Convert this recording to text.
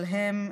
אבל הם,